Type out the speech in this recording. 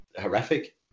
horrific